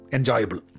Enjoyable